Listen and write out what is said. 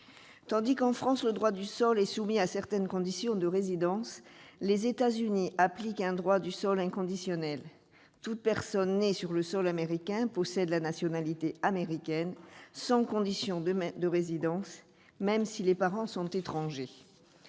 Tandis que, en France, le droit du sol est soumis à certaines conditions de résidence, les États-Unis appliquent un droit du sol inconditionnel ; toute personne née sur le sol américain possède la nationalité américaine, sans condition de résidence, même si ses parents sont étrangers.